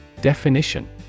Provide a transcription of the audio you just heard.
Definition